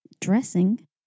Dressing